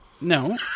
No